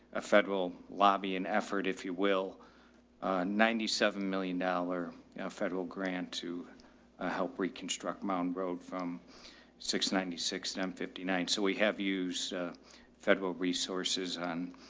a federal lobbying effort, if you will, a ninety seven million dollars yeah federal grant to ah help reconstruct mountain road from six ninety six and i'm fifty nine. so we have used a federal resources on,